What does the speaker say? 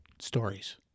Stories